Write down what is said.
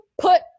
put